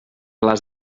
les